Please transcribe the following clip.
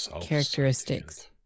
characteristics